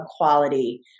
equality